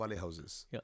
houses